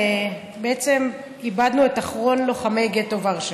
בעצם איבדנו את אחרון לוחמי גטו ורשה.